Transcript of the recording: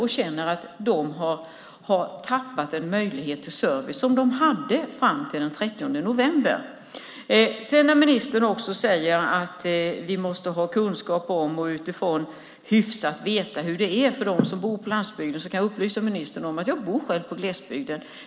De känner att de har tappat en möjlighet till service som de hade fram till den 30 november. Ministern säger att vi måste ha kunskap om och hyfsat veta hur det är för dem som bor på landsbygden. Jag kan upplysa ministern om att jag själv bor på glesbygden.